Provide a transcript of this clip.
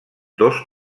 dos